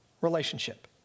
relationship